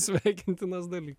sveikintinas dalykas